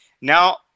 Now